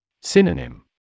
Synonym